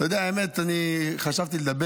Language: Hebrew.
אתה יודע, האמת שחשבתי אם לדבר